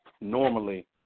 normally